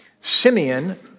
Simeon